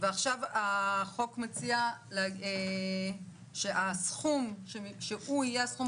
ועכשיו החוק מציע שהסכום שהוא יהיה הסכום